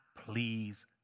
please